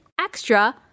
extra